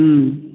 हम्म